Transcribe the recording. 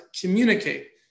communicate